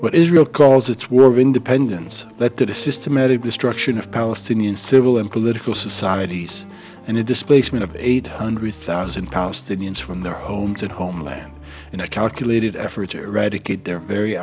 what israel calls its world of independence that did a systematic destruction of palestinian civil and political societies and it displacement of eight hundred thousand palestinians from their homes and homeland in a calculated effort to eradicate their very